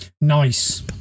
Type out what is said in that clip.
Nice